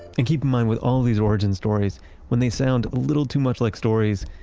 and keep in mind with all these origin stories when they sound a little too much like stories,